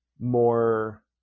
more